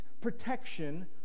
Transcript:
protection